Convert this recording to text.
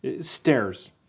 Stairs